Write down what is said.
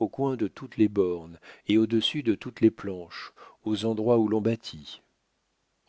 au coin de toutes les bornes et au-dessus de toutes les planches aux endroits où l'on bâtit